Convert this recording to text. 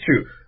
true